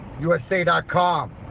USA.com